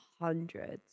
hundreds